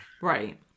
right